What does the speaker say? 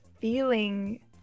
feeling